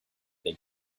they